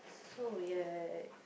so ya